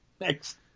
next